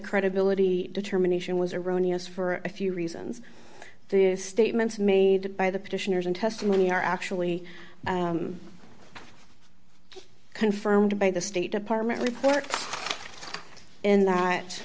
credibility determination was erroneous for a few reasons the statements made by the petitioners in testimony are actually confirmed by the state department report in that